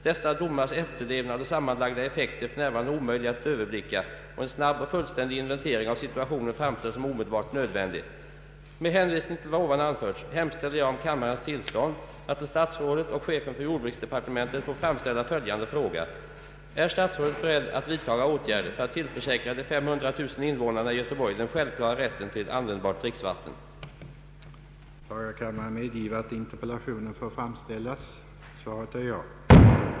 Dessa domars efterlevnad och sammanlagda effekt är för närvarande omöjliga att överblicka, och en snabb och fullständig inventering av situationen framstår som omedelbart nödvändig. Med hänvisning till vad som anförts hemställer jag om kammarens tillstånd att till statsrådet och chefen för jordbruksdepartementet få framställa följande fråga: Är statsrådet beredd att vidtaga åtgärder för att tillförsäkra de 500 000 invånarna i Göteborg den självklara rätten till användbart dricksvatten?